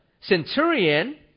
centurion